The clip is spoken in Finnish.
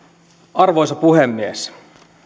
arvoisa puhemies